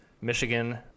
Michigan